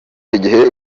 igihe